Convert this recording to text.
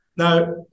Now